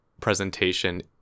presentation